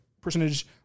percentage